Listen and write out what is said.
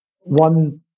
one